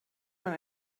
man